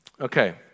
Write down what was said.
Okay